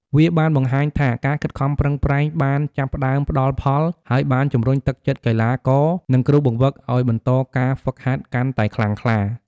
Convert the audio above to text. វាបានបង្ហាញថាការខិតខំប្រឹងប្រែងបានចាប់ផ្ដើមផ្ដល់ផល ហើយបានជំរុញទឹកចិត្តកីឡាករ និងគ្រូបង្វឹកឲ្យបន្តការហ្វឹកហាត់កាន់តែខ្លាំងក្លា។